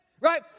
Right